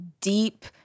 deep